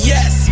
Yes